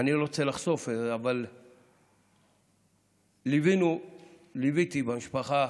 אני לא רוצה לחשוף אבל ליווינו, ליוויתי, משפחה